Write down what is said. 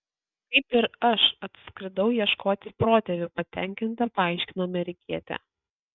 kaip ir aš atskridau ieškoti protėvių patenkinta paaiškino amerikietė